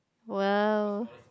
!wow!